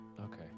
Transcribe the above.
Okay